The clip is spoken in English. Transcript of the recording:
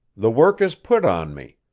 the work is put on me.